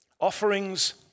Offerings